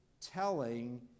telling